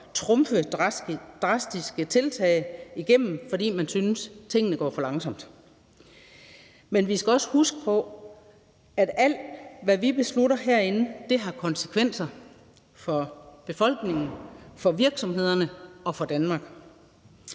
trumfe drastiske tiltag igennem kan være tiltalende, hvis man synes, tingene går for langsomt. Men vi skal også huske på, at alt, hvad vi beslutter herinde, har konsekvenser for befolkningen, for virksomhederne og for Danmark.